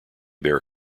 bear